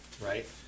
right